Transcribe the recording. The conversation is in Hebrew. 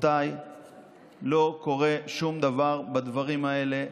רבותיי, לא קורה שום דבר בדברים האלה,